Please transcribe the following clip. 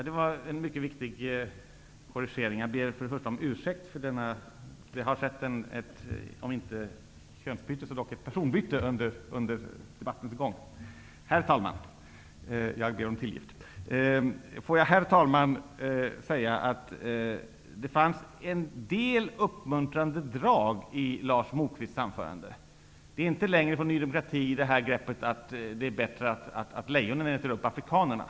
Det fanns en del uppmuntrande drag i Lars Moquists anförande. Ny demokrati fortsätter inte längre med greppet att det är bra att lejonen äter upp afrikanerna.